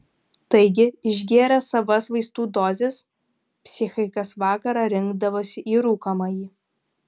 taigi išgėrę savas vaistų dozes psichai kas vakarą rinkdavosi į rūkomąjį